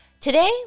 Today